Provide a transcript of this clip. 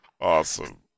Awesome